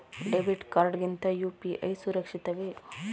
Debit card ಗಿಂತ UPI ಸುರಕ್ಷಿತವೇ?